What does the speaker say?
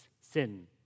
sin